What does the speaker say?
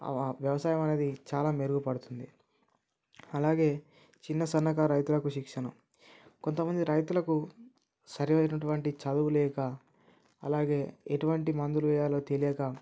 వ్యవసాయం అనేది చాలా మెరుగు పడుతుంది అలాగే చిన్న సన్నకారు రైతులకు శిక్షణ కొంతమంది రైతులకు సరైనటువంటి చదువులేక అలాగే ఎటువంటి మందులు వేయాలో తెలియక